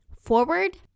forward